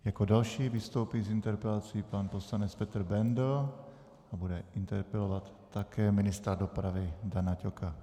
Jako další vystoupí s interpelací pan poslanec Petr Bendl a bude interpelovat také ministra dopravy Dana Ťoka.